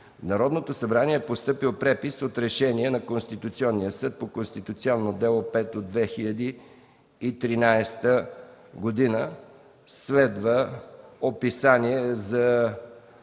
Народното събрание е постъпил препис от Решение на Конституционния съд по Конституционно дело № 5 от 2013 г. Следва описание за